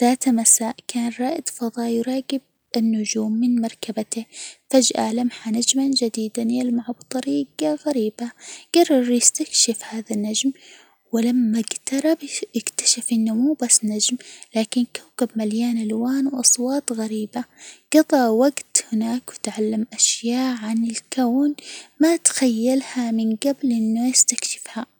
ذات مساء كان رائد فضاء يراجب النجوم من مركبته، فجأة لمح نجماً جديداً يلمع بطريجة غريبة، جرر يستكشف هذا النجم، ولما إجترب إكتشف إنه مو بس نجم، لكن كوكب مليان ألوان و أصوات غريبة، جضى وجت هناك، وتعلم أشياء عن الكون ما تخيلها من جبل إنه إستكشفها.